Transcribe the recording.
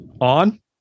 on